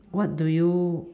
what do you